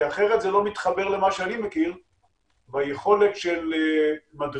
אחרת זה לא מתחבר למה שאני מכיר והיכולת של מדריכות,